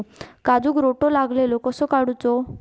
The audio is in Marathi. काजूक रोटो लागलेलो कसो काडूचो?